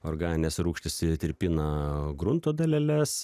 organinės rūgštys tirpina grunto daleles